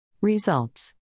Results